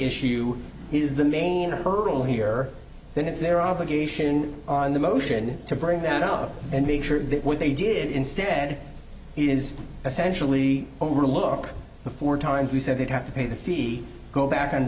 issue is the main hurdle here then it's their obligation on the motion to bring that out and make sure that what they did instead is essentially overlook the four times you said they'd have to pay the fee go back and